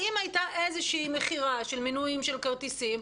אם הייתה איזושהי מכירה של מינויים של כרטיסים,